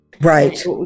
Right